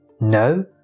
No